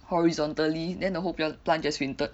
horizontally then the whole plant just fainted